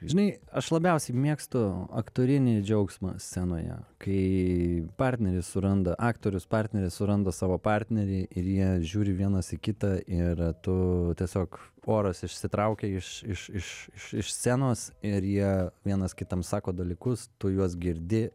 žinai aš labiausiai mėgstu aktorinį džiaugsmą scenoje kai partneris suranda aktorius partneris suranda savo partnerį ir jie žiūri vienas į kitą ir tu tiesiog poros išsitraukia iš iš iš iš iš scenos ir jie vienas kitam sako dalykus tu juos girdi